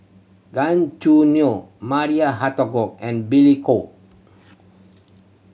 Gan Choo Neo Maria Hertogh and Billy Koh